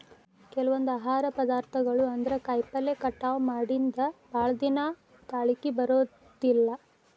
ಕೆಲವೊಂದ ಆಹಾರ ಪದಾರ್ಥಗಳು ಅಂದ್ರ ಕಾಯಿಪಲ್ಲೆ ಕಟಾವ ಮಾಡಿಂದ ಭಾಳದಿನಾ ತಾಳಕಿ ಬರುದಿಲ್ಲಾ